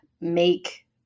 make